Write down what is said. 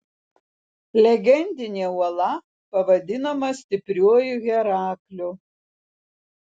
legendinė uola pavadinama stipriuoju herakliu